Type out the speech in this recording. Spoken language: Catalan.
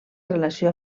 relació